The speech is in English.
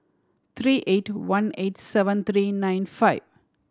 three eight one eight seven three nine five